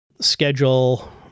schedule